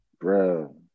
Bro